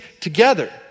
together